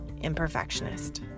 imperfectionist